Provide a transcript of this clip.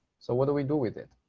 so what do we do with it?